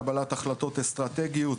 קבלת החלטות אסטרטגיות,